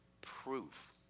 proof